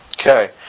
Okay